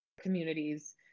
communities